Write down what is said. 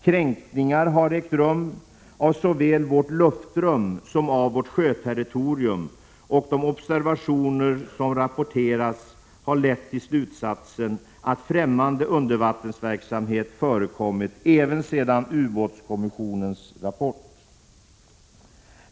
Kränkningar har ägt rum såväl av vårt luftrum som av vårt sjöterritorium, och de observationer som rapporterats har lett till slutsatsen att främmande undervattensverksamhet förekommit även efter ubåtsskyddskommissionens rapport.